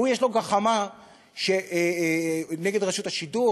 והוא יש לו גחמה נגד רשות השידור,